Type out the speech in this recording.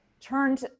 turned